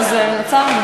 שנאמת.